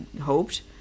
hoped